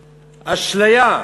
אשליה.